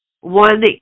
One